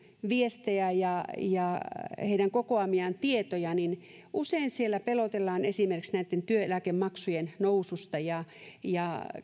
viestejä ja ja heidän kokoamiaan tietoja että usein siellä pelotellaan esimerkiksi näitten työeläkemaksujen nousulla ja ja